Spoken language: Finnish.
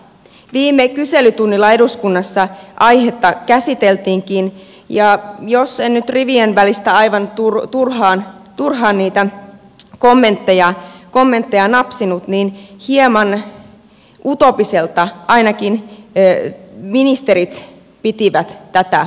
viime kyselytunnilla eduskunnassa aihetta käsiteltiinkin ja jos en nyt rivien välistä aivan turhaan niitä kommentteja napsinut niin hieman utopistisena ainakin ministerit pitivät tätä kasvua ja kehitystä